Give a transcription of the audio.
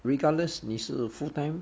regardless 你是 full time